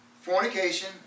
fornication